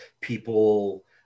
people